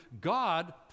God